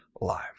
life